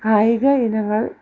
കായിക ഇനങ്ങൾ